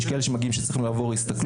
יש כאלה שמגיעים והם צריכים לעבור הסתכלות.